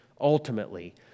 ultimately